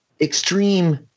extreme